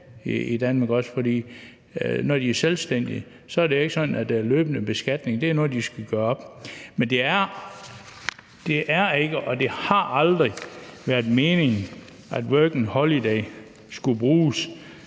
i Danmark, fordi når de er selvstændige, er det ikke sådan, at der er løbende beskatning. Det er noget, de skal gøre op. Men det er ikke og det har aldrig været meningen, at working holiday skulle bruges